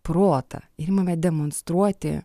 protą imame demonstruoti